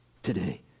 today